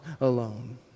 alone